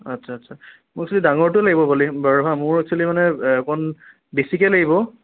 আচ্ছা আচ্ছা মোক সেই ডাঙৰটো লাগিব বাৰু হাঁ মোৰ একচুৱেলী মানে অকণ বেছিকে লাগিব